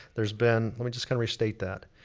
there's been, let me just kinda restate that,